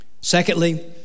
Secondly